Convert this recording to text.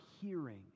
hearing